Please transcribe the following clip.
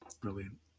brilliant